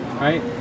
Right